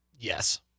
Yes